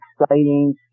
exciting